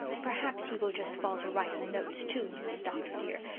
perhaps he will just fall to writing notes, too, mrs. dr. dear,